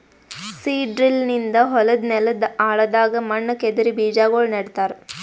seed drill ನಿಂದ ಹೊಲದ್ ನೆಲದ್ ಆಳದಾಗ್ ಮಣ್ಣ ಕೆದರಿ ಬೀಜಾಗೋಳ ನೆಡ್ತಾರ